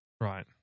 Right